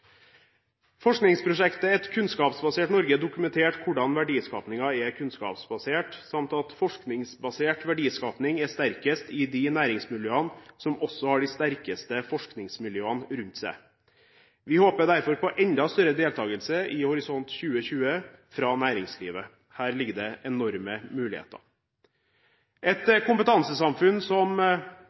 Forskningsprosjektet Et kunnskapsbasert Norge dokumenterte hvordan verdiskapningen er kunnskapsbasert samt at forskningsbasert verdiskapning er sterkest i de næringsmiljøene som også har de sterkeste forskningsmiljøene rundt seg. Vi håper derfor på enda større deltagelse i Horisont 2020 fra næringslivet. Her ligger det enorme muligheter. Et kompetansesamfunn som